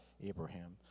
abraham